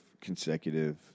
consecutive